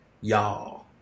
y'all